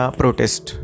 protest